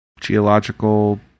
geological